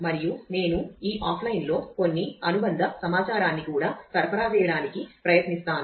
మరియు నేను ఈ ఆఫ్లైన్లో కొన్ని అనుబంధ సమాచారాన్ని కూడా సరఫరా చేయడానికి ప్రయత్నిస్తాను